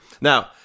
Now